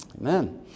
amen